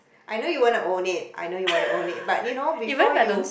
I know you wanna own it I know you wanna own it but you know before you